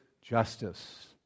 justice